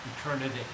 eternity